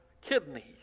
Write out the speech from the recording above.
kidneys